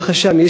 ברוך השם,